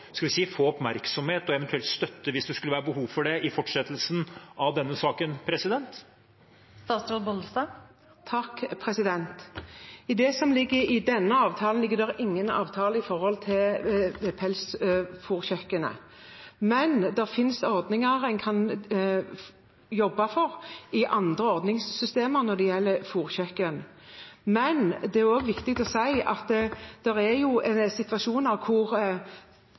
få oppmerksomhet og eventuelt vil støtte hvis det skulle være behov for det i fortsettelsen av denne saken? I denne avtalen ligger det ingenting om fôrkjøkken for pelsdyr, men det finnes ordninger en kan jobbe for i andre ordningssystemer, når det gjelder fôrkjøkken. Det er også viktig å si at det er situasjoner hvor andre næringer må omstille seg fordi en